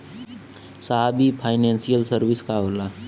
साहब इ financial service का होला?